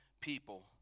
people